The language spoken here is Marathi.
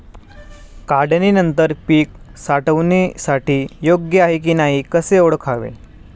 काढणी नंतर पीक साठवणीसाठी योग्य आहे की नाही कसे ओळखावे?